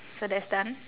so that's done